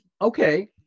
Okay